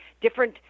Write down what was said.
different